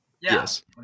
yes